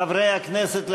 חברי הכנסת,